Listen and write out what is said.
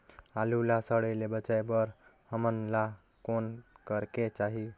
आलू ला सड़े से बचाये बर हमन ला कौन करेके चाही?